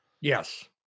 yes